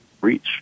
reach